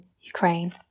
Ukraine